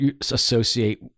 associate